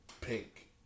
pink